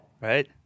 right